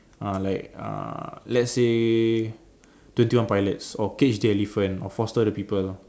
uh like uh let's say twenty one pilots or cage the elephant or foster the people